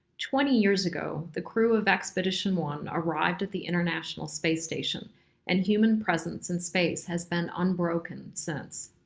twenty years ago, the crew of expedition one arrived at the international space station and human presence in space has been unbroken since.